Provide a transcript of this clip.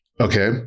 Okay